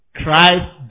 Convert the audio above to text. Christ